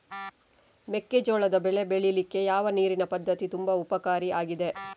ಮೆಕ್ಕೆಜೋಳದ ಬೆಳೆ ಬೆಳೀಲಿಕ್ಕೆ ಯಾವ ನೀರಿನ ಪದ್ಧತಿ ತುಂಬಾ ಉಪಕಾರಿ ಆಗಿದೆ?